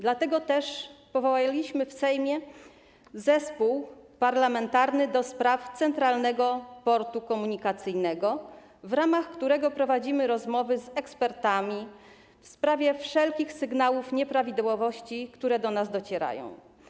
Dlatego też powołaliśmy w Sejmie Parlamentarny Zespół ds. Centralnego Portu Komunikacyjnego, w ramach którego prowadzimy rozmowy z ekspertami w sprawie wszelkich sygnałów o nieprawidłowościach, które do nas docierają.